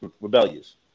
Rebellious